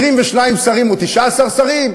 22 שרים או 19 שרים?